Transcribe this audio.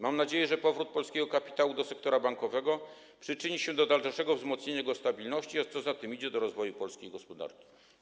Mam nadzieję, że powrót polskiego kapitału do sektora bankowego przyczyni się do dalszego wzmocnienia jego stabilności, a co za tym idzie, do rozwoju polskiej gospodarki.